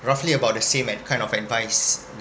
roughly about the same at kind of advice